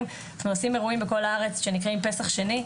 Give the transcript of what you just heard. - אנחנו עושים אירועים בכל הארץ שנקראים 'פסח שני',